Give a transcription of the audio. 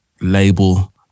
label